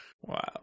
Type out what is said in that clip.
Wow